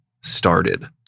started